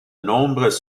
nombres